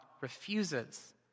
refuses